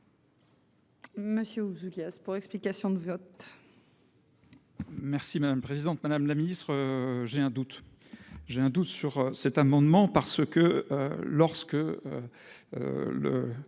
Monsieur Ouzoulias pour. Explications de vote. Merci madame présidente Madame la Ministre j'ai un doute, j'ai un doute sur cet amendement parce que lorsque. Le.